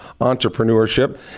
entrepreneurship